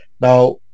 now